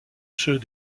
ceux